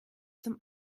zum